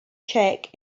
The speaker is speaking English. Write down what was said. check